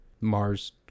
Mars